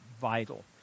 vital